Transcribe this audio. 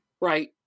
right